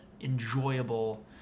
enjoyable